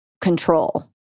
control